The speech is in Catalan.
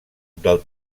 del